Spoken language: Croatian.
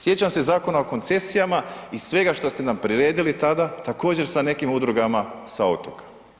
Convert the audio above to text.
Sjećam se Zakona o koncesijama i svega što ste nam priredili tada također sa nekim udrugama sa otoka.